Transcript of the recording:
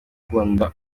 ukunda